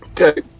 Okay